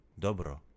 dobro